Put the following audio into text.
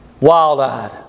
wild-eyed